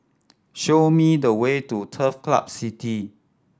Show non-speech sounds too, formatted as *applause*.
show me the way to Turf *unintelligible* City